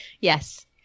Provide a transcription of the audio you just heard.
Yes